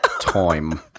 time